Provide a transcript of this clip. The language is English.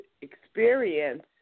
experience